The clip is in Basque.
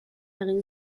egin